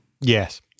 Yes